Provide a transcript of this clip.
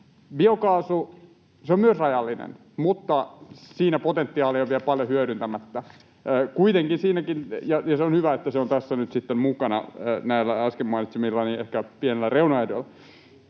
Biokaasu on myös rajallinen, mutta siinä potentiaalia on vielä paljon hyödyntämättä. Ja se on hyvä, että se on tässä nyt mukana näillä äsken mainitsemillani ehkä pienillä reunaehdoilla.